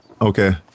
Okay